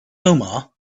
omar